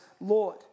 Lord